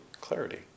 clarity